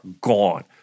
gone